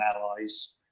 allies